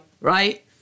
right